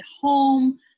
home